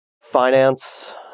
Finance